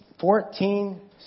fourteen